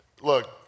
Look